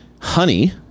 Honey